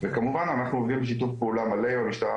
וכמובן אנחנו עובדים בשיתוף פעולה מלא עם המשטרה,